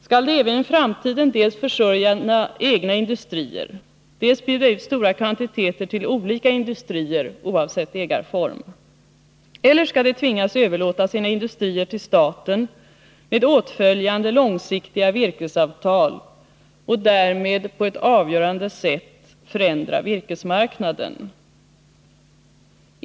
Skall de även i framtiden dels försörja egna industrier, dels bjuda ut stora kvantiteter till olika industrier oavsett ägarform? Eller skall de tvingas överlåta sina industrier till staten med åtföljande långsiktiga virkesavtal och därmed på ett avgörande sätt förändra virkesmarknaden?